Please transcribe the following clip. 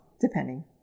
depending